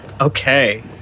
Okay